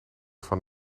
van